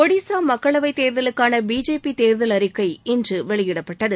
ஒடிசாமக்களவைத் தேர்தலுக்கான பிஜேபி தேர்தல் அறிக்கை இன்று வெளியிடப்பட்டது